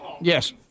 Yes